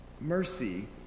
Mercy